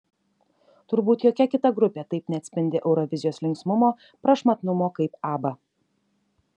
turbūt jokia kita grupė taip neatspindi eurovizijos linksmumo prašmatnumo kaip abba